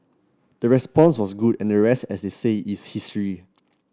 the response was good and the rest as they say is history